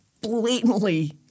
blatantly